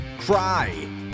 cry